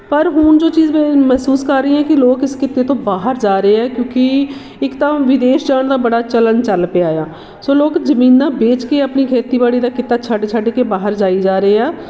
ਪਰ ਹੁਣ ਜੋ ਚੀਜ਼ ਮੈਂ ਮਹਿਸੂਸ ਕਰ ਰਹੀ ਹਾਂ ਕਿ ਲੋਕ ਇਸ ਕਿੱਤੇ ਤੋਂ ਬਾਹਰ ਜਾ ਰਹੇ ਹੈ ਕਿਉਂਕਿ ਇੱਕ ਤਾਂ ਵਿਦੇਸ਼ ਜਾਣ ਦਾ ਬੜਾ ਚਲਣ ਚੱਲ ਪਿਆ ਆ ਸੋ ਲੋਕ ਜ਼ਮੀਨਾਂ ਵੇਚ ਕੇ ਆਪਣੀ ਖੇਤੀਬਾੜੀ ਦਾ ਕਿੱਤਾ ਛੱਡ ਛੱਡ ਕੇ ਬਾਹਰ ਜਾਈ ਜਾ ਰਹੇ ਹੈ